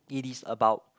it is about